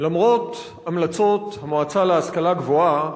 למרות המלצות המועצה להשכלה גבוהה,